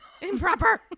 Improper